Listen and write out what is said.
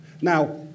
Now